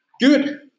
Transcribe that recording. good